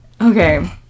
Okay